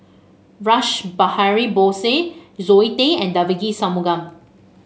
Rash Behari Bose Zoe Tay and Devagi Sanmugam